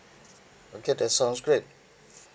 okay that sounds great